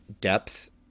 depth